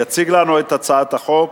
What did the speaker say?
יציג לנו את הצעת החוק